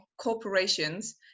corporations